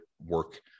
work